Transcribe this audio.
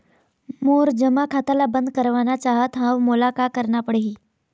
मोर जमा खाता ला बंद करवाना चाहत हव मोला का करना पड़ही?